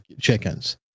chickens